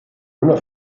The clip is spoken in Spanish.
una